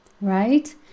right